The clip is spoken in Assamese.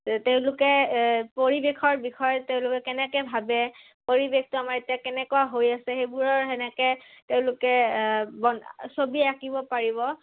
তেওঁলোকে পৰিৱেশৰ বিষয়ে তেওঁলোকে কেনেকৈ ভাবে পৰিৱেশটো আমাৰ এতিয়া কেনেকুৱা হৈ আছে সেইবোৰৰ তেনেকৈ তেওঁলোকে বন ছবি আঁকিব পাৰিব